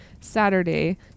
Saturday